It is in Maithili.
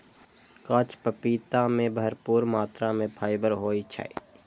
कांच पपीता मे भरपूर मात्रा मे फाइबर होइ छै